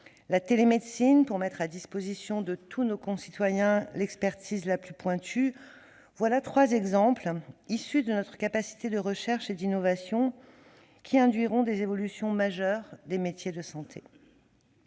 la télémédecine pour mettre à disposition de tous nos concitoyens l'expertise la plus pointue : voilà trois exemples, issus de notre capacité de recherche et d'innovation, qui induiront des évolutions majeures des métiers de la santé.